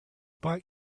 bought